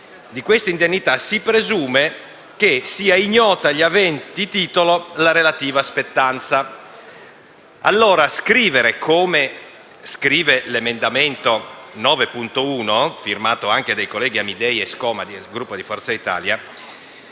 di queste indennità si presume che sia ignota agli aventi titolo la relativa spettanza. Scrivere, allora (come si fa nell’emendamento 9.1, sottoscritto anche dai colleghi Amidei e Scoma del Gruppo Forza Italia),